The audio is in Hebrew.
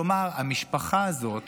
כלומר, המשפחה הזאת